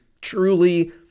truly